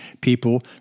people